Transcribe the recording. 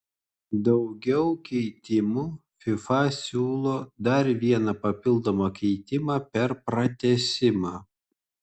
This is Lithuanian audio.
daugiau keitimų fifa siūlo dar vieną papildomą keitimą per pratęsimą